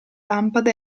lampada